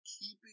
keeping